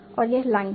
और यह लाइन है